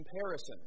comparison